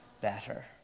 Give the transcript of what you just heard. better